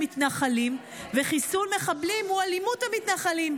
מתנחלים וחיסול מחבלים הוא אלימות המתנחלים,